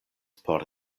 por